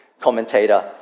commentator